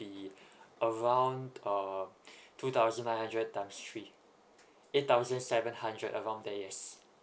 be around uh two thousand nine hundred times three eight thousand seven hundred around that yes